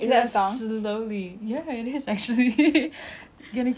gonna kill us slowly cause we are finding for